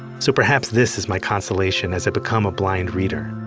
so perhaps this is my consolation as i become a blind reader.